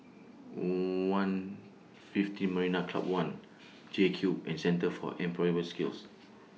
one fifteen Marina Club one J Cube and Centre For Employability Skills